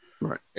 Right